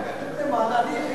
לא מתבדחים.